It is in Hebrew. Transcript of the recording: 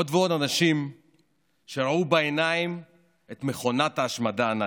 עוד ועוד אנשים שראו בעיניים את מכונת ההשמדה הנאצית.